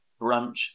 brunch